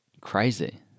Crazy